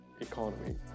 economy